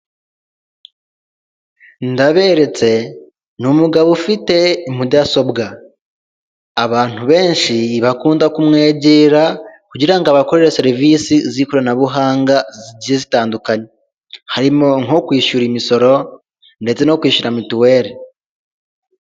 Ndaberetse ni umugabo ufite mudasobwa abantu benshi bakunda kumwegera kugirango abakorere serivisi z'ikoranabuhanga zigiye zitandukanye harimo nko kwishyura imisoro ndetse no kwishyura mituweli